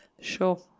Sure